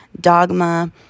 dogma